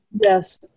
Yes